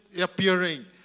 appearing